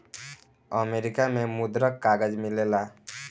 America में मुद्रक कागज मिलेला